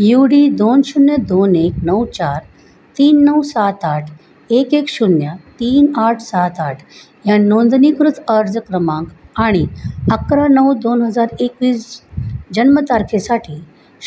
you D दोन शून्य दोन एक नऊ चार तीन नऊ सात आठ एक एक शून्य तीन आठ सात आठ ह्या नोंदणीकृत अर्ज क्रमांक आणि अकरा नऊ दोन हजार एकवीस जन्मतारखेसाठी